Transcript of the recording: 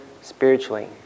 spiritually